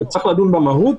וצריך לדון במהות.